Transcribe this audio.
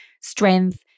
strength